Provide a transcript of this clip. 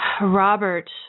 Robert